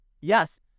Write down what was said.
yes